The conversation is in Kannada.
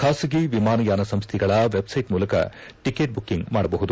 ಖಾಸಗಿ ವಿಮಾನಯಾನ ಸಂಸ್ಥೆಗಳ ವೆಬ್ಸೈಟ್ ಮೂಲಕ ಟಕೆಟ್ ಬುಕ್ಕಂಗ್ ಮಾಡಬಹುದು